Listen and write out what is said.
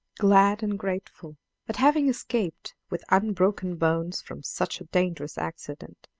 glad and grateful at having escaped with unbroken bones from such a dangerous accident,